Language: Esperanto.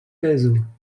pezo